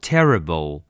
Terrible